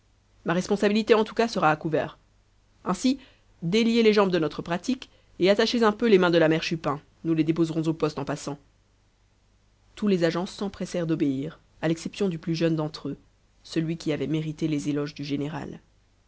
ma responsabilité en tout cas sera à couvert ainsi déliez les jambes de notre pratique et attachez un peu les mains de la mère chupin nous les déposerons au poste en passant tous les agents s'empressèrent d'obéir à l'exception du plus jeune d'entre eux celui qui avait mérité les éloges du général